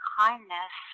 kindness